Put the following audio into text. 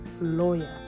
lawyers